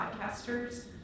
podcasters